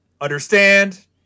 Understand